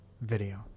video